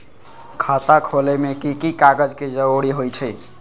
खाता खोले में कि की कागज के जरूरी होई छइ?